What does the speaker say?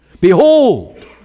Behold